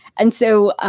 and so,